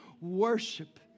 worship